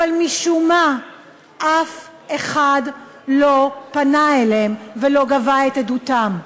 אבל משום מה אף אחד לא פנה אליהם ולא גבה את עדותם.